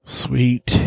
sweet